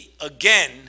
Again